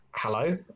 Hello